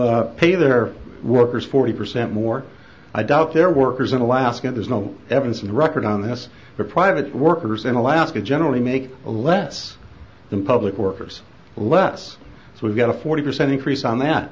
pay their workers forty percent more i doubt their workers in alaska there's no evidence in the record on this for private workers in alaska generally make less than public workers less so we've got a forty percent increase on that